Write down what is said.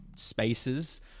spaces